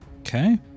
Okay